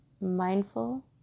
mindful